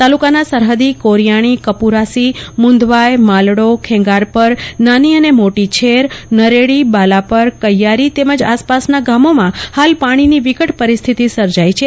તાલુકાના સરહદી કોરીયાણી કપુરાશી મુંધવાય માલડો ખેંગારપર નાની અને મોટી છેર નરેડી બાલાપર કૈથારી તેમજ આસપાસના ગામોમાં હાલ પાણીની વિકટ પરિસ્થિતિ સર્જાઈ છે